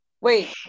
Wait